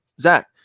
Zach